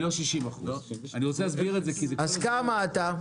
אני לא 60%. אז כמה אתה?